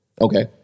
Okay